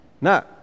No